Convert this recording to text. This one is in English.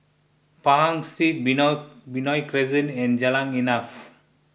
Pahang Street Benoi Benoi Crescent and Jalan Insaf